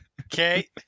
Okay